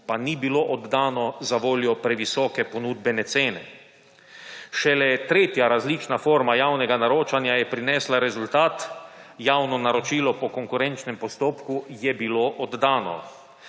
pa ni bilo oddano za voljo previsoke ponudbene cene. Šele tretja različna forma javnega naročanja je prinesla rezultat javno naročilo po konkurenčnem postopku je bilo oddano.